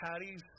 patties